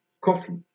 Coffee